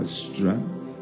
strength